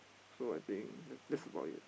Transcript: so I think that that's about it ah